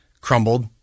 crumbled